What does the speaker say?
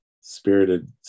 spirited